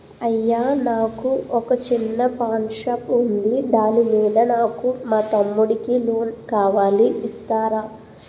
అయ్యా నాకు వొక చిన్న పాన్ షాప్ ఉంది దాని మీద నాకు మా తమ్ముడి కి లోన్ కావాలి ఇస్తారా?